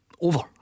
over